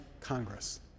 Congress